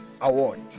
Award